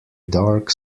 dark